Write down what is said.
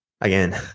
again